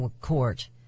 court